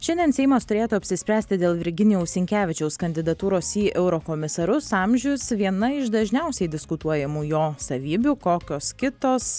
šiandien seimas turėtų apsispręsti dėl virginijaus sinkevičiaus kandidatūros į eurokomisarus amžius viena iš dažniausiai diskutuojamų jo savybių kokios kitos